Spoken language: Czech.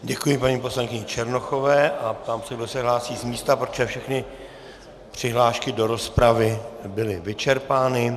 Děkuji paní poslankyni Černochové a ptám se, kdo se hlásí z místa, protože všechny přihlášky do rozpravy byly vyčerpány.